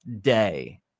day